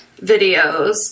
videos